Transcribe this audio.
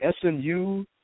SMU